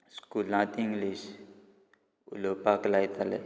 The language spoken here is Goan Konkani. स्कुलांत इंग्लीश उलोवपाक लायताले